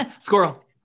Squirrel